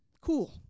Cool